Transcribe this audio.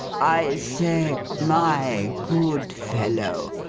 i say, my good fellow,